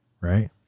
right